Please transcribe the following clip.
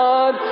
God